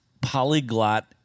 polyglot